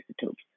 isotopes